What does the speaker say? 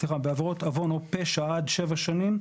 או פשע עד שבע שנים,